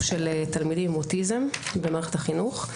של תלמידים עם אוטיזם במערכת החינוך.